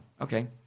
Okay